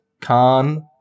Khan